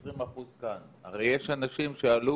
מעוגנת גם בחוק ההודעה שאנחנו שולחים לחולה עצמו.